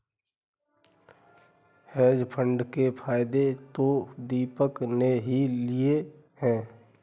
hedge fund के फायदे तो दीपक ने ही लिए है